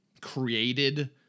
created